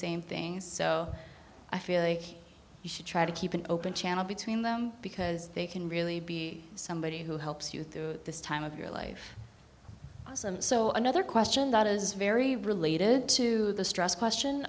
same thing so i feel like you should try to keep an open channel between them because they can really be somebody who helps you through this time of your life so another question that is very related to the stress